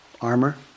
armor